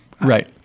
Right